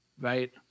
right